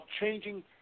changing